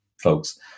folks